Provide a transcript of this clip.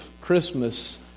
Christmas